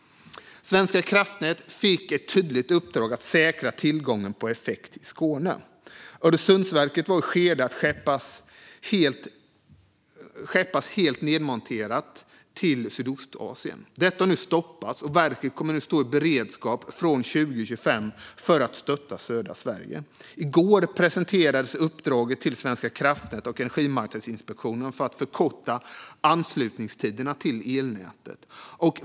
Svenska kraftnät fick ett tydligt uppdrag att säkra tillgången på effekt i Skåne. Öresundsverket stod i begrepp att skeppas helt nedmonterat till Sydostasien. Detta har nu stoppats, och verket kommer nu att stå i beredskap från 2025 för att stötta södra Sverige. I går presenterades uppdraget till Svenska kraftnät och Energimarknadsinspektionen för att förkorta anslutningstiderna till elnätet.